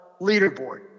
leaderboard